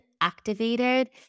activated